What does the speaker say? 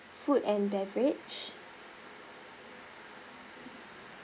food and beverage